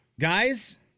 Guys